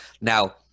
Now